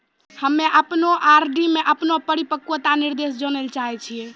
हम्मे अपनो आर.डी मे अपनो परिपक्वता निर्देश जानै ले चाहै छियै